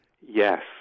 Yes